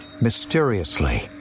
Mysteriously